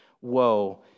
woe